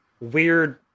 weird